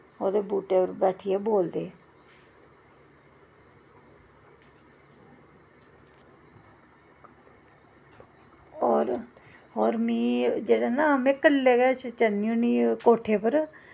ओह्दे बूह्टे पर बैठियै बोलदे होर में ना कल्ले गै जन्नी होन्नी कोठे पर